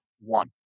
one